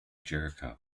jericho